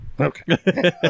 Okay